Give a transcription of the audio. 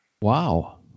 wow